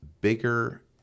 bigger